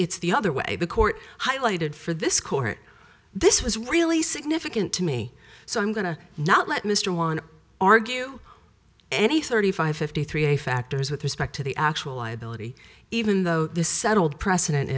it's the other way the court highlighted for this court this was really significant to me so i'm going to not let mr one argue any thirty five fifty three factors with respect to the actual liability even though the settled precedent